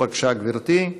בבקשה, גברתי.